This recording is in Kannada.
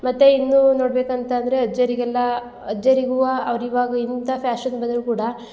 ಮತ್ತು ಇನ್ನೂ ನೋಡ್ಬೇಕಂತ ಅಂದರೆ ಅಜ್ಜರಿಗೆಲ್ಲ ಅಜ್ಜರಿಗುವ ಅವ್ರಿಗಾಗಿ ಇಂಥ ಫ್ಯಾಶನ್ ಬಂದರೂ ಕೂಡ